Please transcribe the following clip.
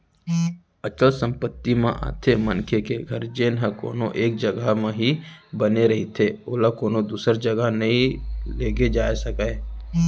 अचल संपत्ति म आथे मनखे के घर जेनहा कोनो एक जघा म ही बने रहिथे ओला कोनो दूसर जघा नइ लेगे जाय सकय